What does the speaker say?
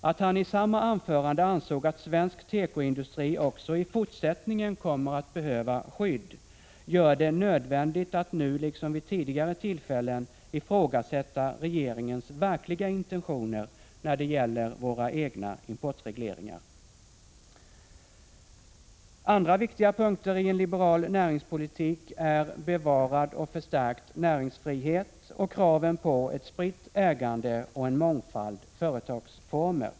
Att han i samma anförande ansåg att svensk tekoindustri också i fortsättningen kommer att behöva skydd gör det nödvändigt att nu liksom vid tidigare tillfällen ifrågasätta regeringens verkliga intentioner när det gäller våra egna importregleringar. Andra viktiga punkter i en liberal näringspolitik är bevarad och förstärkt näringsfrihet och kraven på ett spritt ägande och en mångfald företagsformer.